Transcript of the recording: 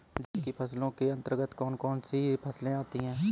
जायद की फसलों के अंतर्गत कौन कौन सी फसलें आती हैं?